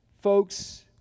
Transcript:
folks